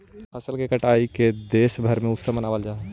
फसल के कटाई के देशभर में उत्सव मनावल जा हइ